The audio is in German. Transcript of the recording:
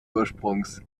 ursprungs